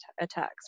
attacks